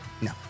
No